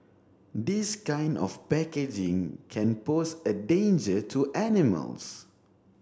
this kind of packaging can pose a danger to animals